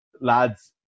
lads